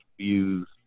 views